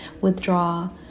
withdraw